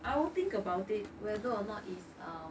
I will think about whether or not it's um